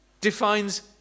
defines